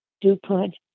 Dupont